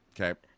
Okay